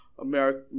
America